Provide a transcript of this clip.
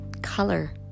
Color